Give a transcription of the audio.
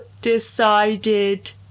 decided